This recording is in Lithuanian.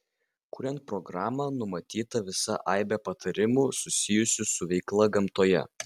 kuriant programą numatyta visa aibė patarimų susijusių su veikla gamtoje